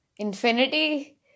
Infinity